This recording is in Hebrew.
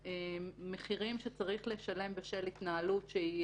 המחירים שצריך לשלם בשל התנהלות שהיא